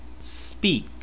Speak